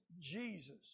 Jesus